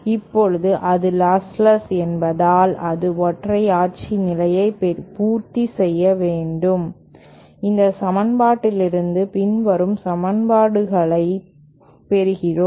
இப்போது அது லாஸ்லெஸ் என்பதால் அது ஒற்றையாட்சி நிலையை பூர்த்தி செய்ய வேண்டும் இந்த சமன்பாட்டிலிருந்து பின்வரும் சமன்பாடுகளைப் பெறுகிறோம்